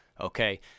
okay